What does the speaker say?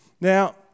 Now